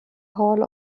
hall